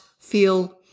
feel